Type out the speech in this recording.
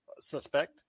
suspect